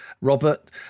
Robert